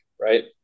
right